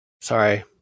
Sorry